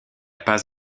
pas